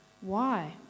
Why